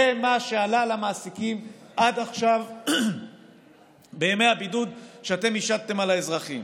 זה מה שעלה למעסיקים עד עכשיו בימי הבידוד שאתם השתם על האזרחים.